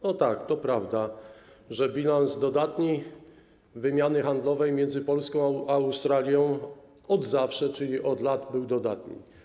No tak, to prawda, że bilans wymiany handlowej między Polską a Australią od zawsze, czyli od lat, był dodatni.